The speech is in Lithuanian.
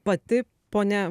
pati ponia